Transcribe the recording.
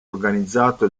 organizzato